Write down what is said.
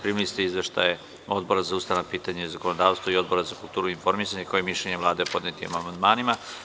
Primili ste izveštaje Odbora za ustavna pitanja i zakonodavstvo i Odbora za kulturi i informisanje, kao i mišljenje Vlade o podnetim amandmanima.